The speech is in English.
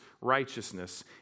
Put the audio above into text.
righteousness